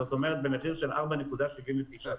זאת אומרת במחיר של 4.79 דולרים.